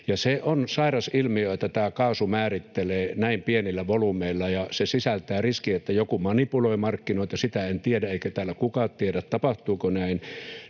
Se on sairas ilmiö, että kaasu määrittelee sitä näin pienillä volyymeilla, ja se sisältää riskin, että joku manipuloi markkinoita — sitä en tiedä, eikä täällä kukaan tiedä, tapahtuuko näin.